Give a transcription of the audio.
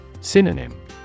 Synonym